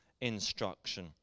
instruction